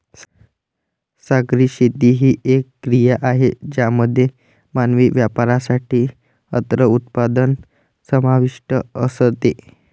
सागरी शेती ही एक क्रिया आहे ज्यामध्ये मानवी वापरासाठी अन्न उत्पादन समाविष्ट असते